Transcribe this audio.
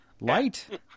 light